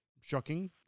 shocking